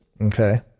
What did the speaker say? Okay